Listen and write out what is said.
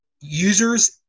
users